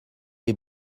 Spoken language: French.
les